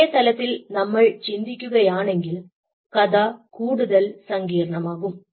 ഇതേ തലത്തിൽ നമ്മൾ ചിന്തിക്കുകയാണെങ്കിൽ കഥ കൂടുതൽ സങ്കീർണമാകും